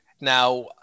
Now